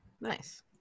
Nice